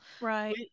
right